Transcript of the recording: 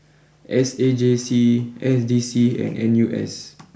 S A J C S D C and N U S